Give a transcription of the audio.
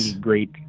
great